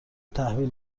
تحویل